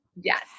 yes